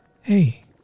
Hey